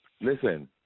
Listen